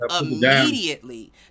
immediately